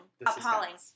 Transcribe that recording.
Appalling